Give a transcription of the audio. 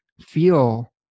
feel